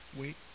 wait